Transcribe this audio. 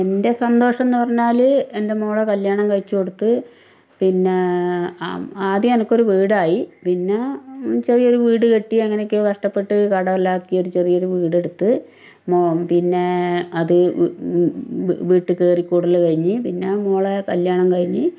എൻ്റെ സന്തോഷമെന്നുപറഞ്ഞാല് എൻ്റെ മോളെ കല്യാണം കഴിച്ച് കൊടുത്ത് പിന്നെ ആദ്യം അനക്ക് ഒരു വീട് ആയി പിന്നെ ചെറിയൊരു വീട് കെട്ടി അങ്ങനൊക്കെകഷ്ടപ്പെട്ട് കടമെല്ലാം ആക്കി ചെറിയൊരു വീട് എടുത്ത് മോ പിന്നെ അത് വീട്ടിക്ക് കേറിക്കൂടല് കഴിഞ്ഞ് പിന്നെ മോളെ കല്യാണം കഴിഞ്ഞ്